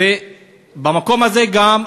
במקום הזה גם,